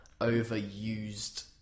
overused